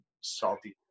salty